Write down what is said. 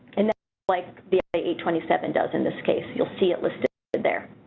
and like the i a twenty seven, does in this case you'll see it listed there.